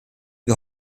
wir